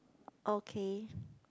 okay